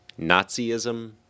Nazism